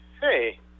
Hey